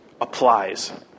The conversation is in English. applies